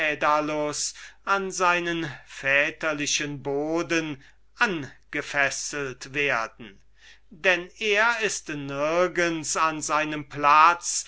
an seinen väterlichen boden angefesselt werden denn er ist nirgends an seinem platz